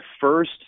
first